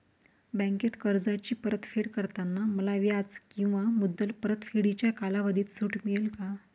बँकेत कर्जाची परतफेड करताना मला व्याज किंवा मुद्दल परतफेडीच्या कालावधीत सूट मिळेल का?